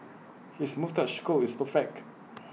his moustache curl is perfect